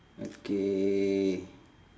okay